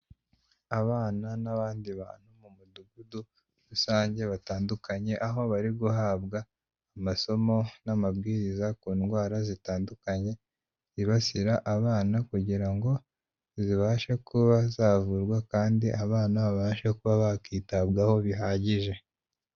Abana n'abandi bantu mu mudugudu rusange batandukanye, aho bari guhabwa amasomo n'amabwiriza ku ndwara zitandukanye zibasira abana kugira ngo zibashe kuba zavurwa kandi abana babashe kuba bakitabwaho bihagije.